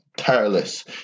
tireless